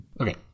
Okay